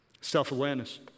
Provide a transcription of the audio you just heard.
self-awareness